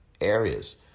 areas